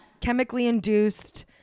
chemically-induced